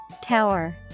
Tower